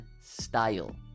style